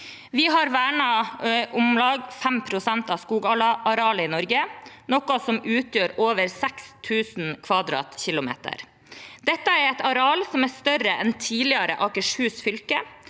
Vi har vernet om lag 5 pst. av skogarealet i Norge, noe som utgjør over 6 000 km². Dette er et areal som er større enn tidligere Akershus fylke.